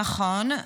נכון.